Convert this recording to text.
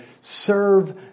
serve